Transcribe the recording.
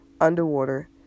underwater